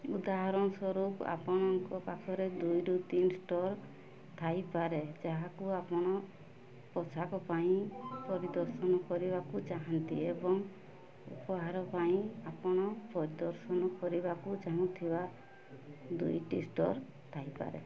ଉଦାହରଣ ସ୍ୱରୂପ ଆପଣଙ୍କ ପାଖରେ ଦୁଇରୁ ତିନି ଷ୍ଟୋର୍ ଥାଇପାରେ ଯାହାକୁ ଆପଣ ପୋଷାକ ପାଇଁ ପରିଦର୍ଶନ କରିବାକୁ ଚାହାଁନ୍ତି ଏବଂ ଉପହାର ପାଇଁ ଆପଣ ପରିଦର୍ଶନ କରିବାକୁ ଚାହୁଁଥିବା ଦୁଇଟି ଷ୍ଟୋର୍ ଥାଇପାରେ